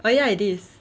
oh ya it is